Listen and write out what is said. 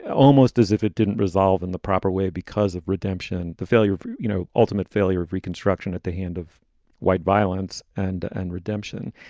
almost as if it didn't resolve in the proper way because of redemption, the failure of, you know, ultimate failure of reconstruction at the hand of white violence and and redemption.